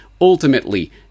ultimately